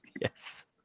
yes